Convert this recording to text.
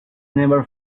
never